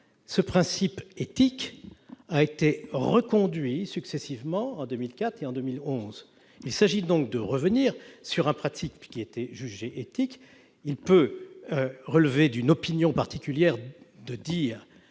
Ce principe éthique a été reconduit successivement en 2004 et en 2011. Il s'agit donc de revenir sur un principe qui était jugé éthique. Il peut relever d'une opinion particulière de dire